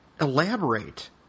elaborate